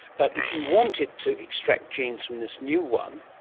but if you wanted to extract genes from this new one,